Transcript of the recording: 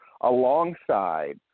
alongside